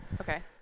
Okay